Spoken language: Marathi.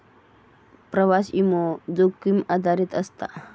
प्रवास विमो, जोखीम आधारित असता